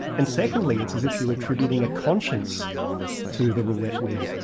and secondly, it's as if you're attributing a conscience to the roulette wheel.